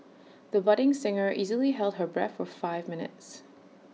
the budding singer easily held her breath for five minutes